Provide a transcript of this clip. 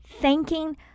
Thanking